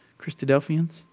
Christadelphians